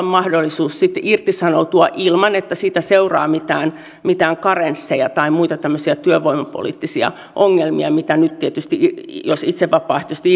mahdollisuus sitten irtisanoutua ilman että siitä seuraa mitään mitään karensseja tai muita tämmöisiä työvoimapoliittisia ongelmia tietysti jos itse vapaaehtoisesti